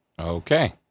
Okay